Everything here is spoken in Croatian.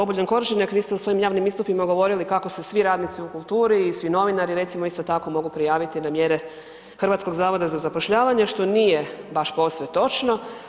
Obuljen Koržinek, vi ste u svojim javnim istupima govorili kako se svi radnici u kulturi i svi novinari recimo isto tako mogu prijaviti na mjere HZZ-a, što nije baš posve točno.